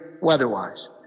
weather-wise